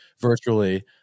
virtually